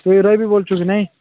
ତୁ ରହିବି ବୋଲୁଛି ନା ନାହିଁ